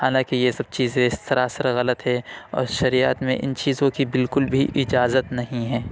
حالاں کہ یہ سب چیزیں سراسر غلط ہے اور شریعت میں اِن چیزوں کی بالکل بھی اجازت نہیں ہے